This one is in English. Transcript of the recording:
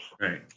Right